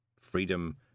Freedom